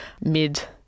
mid